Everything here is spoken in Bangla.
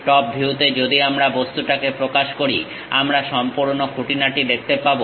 টপ ভিউতে যদি আমরা বস্তুটাকে প্রকাশ করি আমরা সম্পূর্ণ খুঁটিনাটি দেখতে পাবো